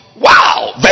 Wow